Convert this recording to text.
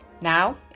Now